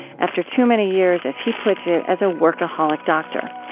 after too many years, as he puts it, as a workaholic doctor.